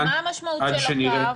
עד שנראה --- מה המשמעות של הפער?